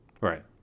Right